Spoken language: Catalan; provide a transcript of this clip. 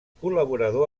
col·laborador